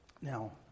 now